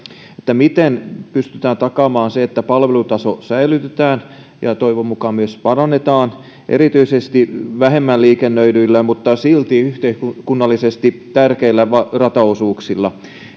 miten pystytään takaamaan se että palvelutaso säilytetään ja sitä toivon mukaan myös parannetaan erityisesti vähemmän liikennöidyillä mutta silti yhteiskunnallisesti tärkeillä rataosuuksilla